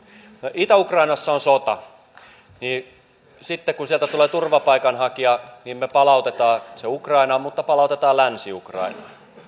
itä ukrainassa on sota niin sitten kun sieltä tulee turvapaikanhakija me palautamme hänet ukrainaan mutta palautetaan länsi ukrainaan